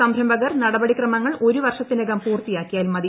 സംരംഭകർ നടപടിക്രമങ്ങൾ ഒരു വർഷത്തിനകഠ പൂർത്തിയാക്കിയാൽ മതി